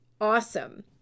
awesome